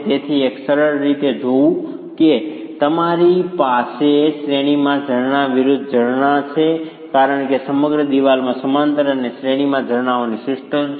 તેથી એક સરળ રીતે જોવું કે તમારી પાસે શ્રેણીમાં ઝરણા વિરુદ્ધ ઝરણા છે કારણ કે સમગ્ર દિવાલમાં સમાંતર અને શ્રેણીમાં ઝરણાઓની સિસ્ટમ છે